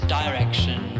direction